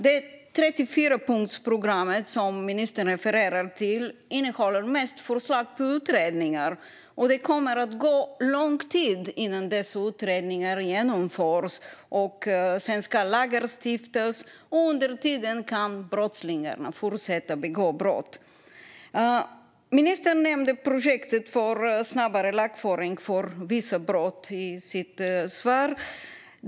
Det 34-punktsprogram som ministern refererar till innehåller mest förslag på utredningar, och det kommer att ta lång tid innan dessa utredningar genomförs och lagar sedan kan stiftas. Under tiden kan brottslingarna fortsätta att begå brott. Ministern nämnde projektet för snabbare lagföring av vissa brott i sitt svar.